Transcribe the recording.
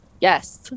Yes